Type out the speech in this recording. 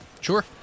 Sure